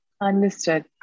understood